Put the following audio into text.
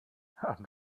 haben